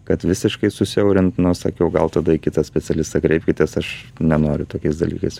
kad visiškai susiaurint nu sakiau gal tada į kitą specialistą kreipkitės aš nenoriu tokiais dalykais